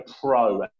pro